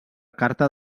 carta